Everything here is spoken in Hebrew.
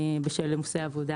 בשל עומסי עבודה